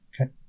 okay